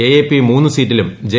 A A P മൂന്നു സീറ്റിലും J